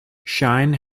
shine